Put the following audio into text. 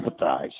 empathize